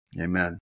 Amen